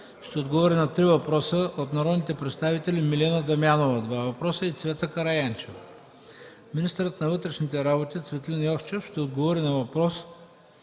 ще отговори на три въпроса от народните представители Милена Дамянова (два въпроса), и Цвета Караянчева; - министърът на вътрешните работи Цветлин Йовчев ще отговори на въпрос